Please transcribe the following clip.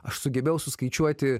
aš sugebėjau suskaičiuoti